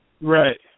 Right